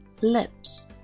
lips